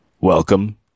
Welcome